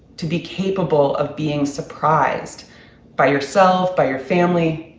to be capable of being surprised by yourself, by your family,